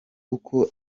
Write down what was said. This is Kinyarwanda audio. uko